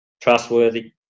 Trustworthy